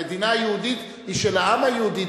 המדינה היהודית היא של העם היהודי,